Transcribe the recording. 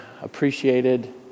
appreciated